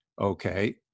Okay